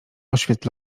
oświet